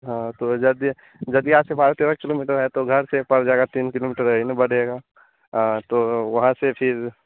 हाँ तो जदिया जदिया से बारह तेरह किलोमीटर है तो घर से तीन किलोमीटर यही ना बढ़ेगा हाँ तो वहाँ से फिर